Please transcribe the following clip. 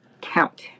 count